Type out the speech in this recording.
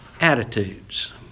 attitudes